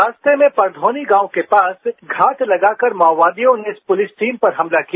रास्ते में परधोनी गांव के पास घात लगाकर माओवादियों ने इस पुलिस टीम पर हमला किया